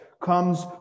comes